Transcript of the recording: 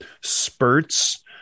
spurts